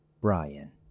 Brian